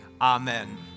amen